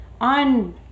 on